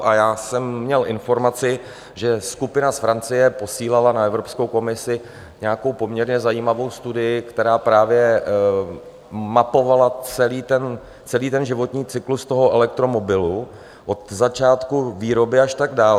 A já jsem měl informaci, že skupina z Francie posílala na Evropskou komisi nějakou poměrně zajímavou studii, která právě mapovala celý životní cyklus elektromobilu od začátku výroby až tak dále.